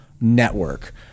network